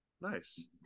Nice